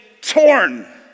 torn